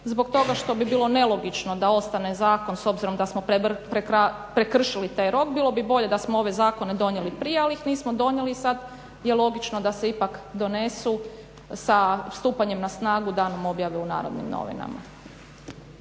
zbog toga što bi bilo nelogično da ostane zakon s obzirom da smo prekršili taj rok, bilo bi bolje da smo ove zakone donijeli prije ali ih nismo donijeli i sada je logično da se ipak donesu sa stupanjem na snagu danom objave u Narodnim novinama.